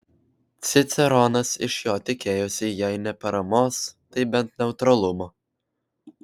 ciceronas iš jo tikėjosi jei ne paramos tai bent neutralumo